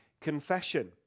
confession